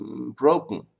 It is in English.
broken